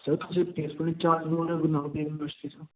sir ਤੁਸੀਂ placement incharge ਬੋਲ ਰਹੇ ਹੋ ਗੁਰੂ ਨਾਨਕ ਦੇਵ ਯੂਨੀਵਰਸਿਟੀ 'ਚੋਂ